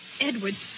Edwards